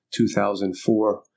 2004